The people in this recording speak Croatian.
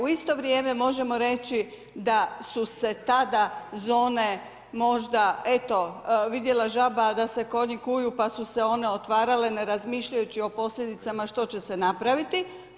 U isto vrijeme možemo reći, da su se tada zone, možda, eto, vidjela je žaba da se konji kuju, pa su one otvarale, ne razmišljajući o posljedicama što će se napraviti.